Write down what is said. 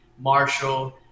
Marshall